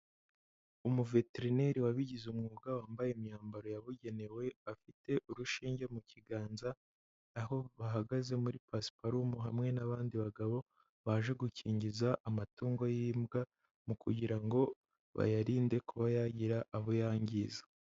Umuveterineri wabigize umwuga wambaye imyambaro yabugenewe, afite urushinge mu kiganza, aho bahagaze muri pasiparumu hamwe n'abandi bagabo baje gukingiza amatungo y'imbwa, mu kugira ngo bayarinde kuba yagira abo yangiza.